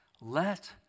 Let